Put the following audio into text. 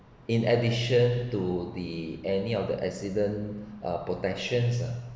in addition to the any of the accident uh protections ah